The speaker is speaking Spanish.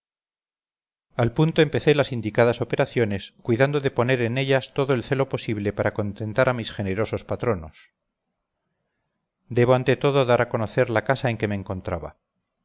al punto empecé las indicadas operaciones cuidando de poner en ellas todo el celo posible para contentar a mis generosos patronos debo ante todo dar a conocer la casa en que me encontraba